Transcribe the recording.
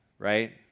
Right